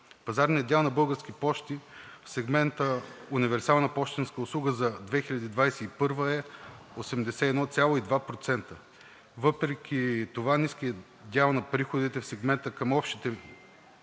Пазарният дял на „Български пощи“ в сегмента универсална пощенска услуга за 2021 г. е 81,2% и въпреки това ниският дял на приходите в сегмента към общите